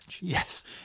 Yes